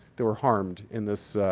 that were harmed in this